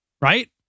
right